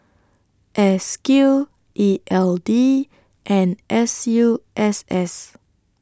S Q E L D and S U S S